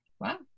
Wow